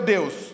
Deus